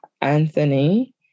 Anthony